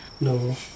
no